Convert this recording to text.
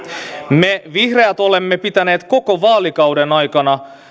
me vihreät olemme pitäneet koko vaalikauden aikana